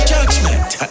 Judgment